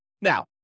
Now